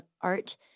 art